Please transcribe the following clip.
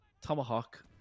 Tomahawk